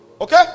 Okay